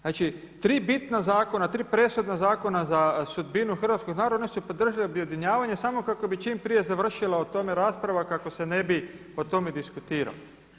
Znači tri bitna zakona, tri presudna zakona za sudbinu hrvatskog naroda oni su podržali objedinjavanje samo kako bi čim prije završila o tome rasprava kako se ne bi o tome diskutiralo.